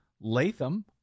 Latham